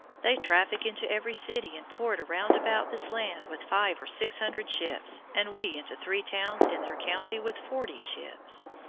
they traffic into every city and port around about this land with five or six hundred ships, and we into three towns in their country with forty ships.